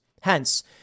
Hence